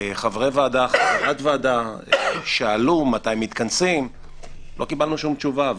חברי ועדה שאלו מתי מתכנסים ולא קיבלנו שום תשובה.